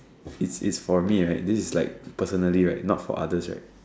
if is for me ah this is like personally right not for others right